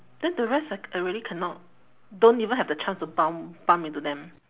then the rest I already cannot don't even have the chance to bump bump into them